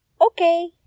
Okay